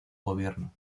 gobierno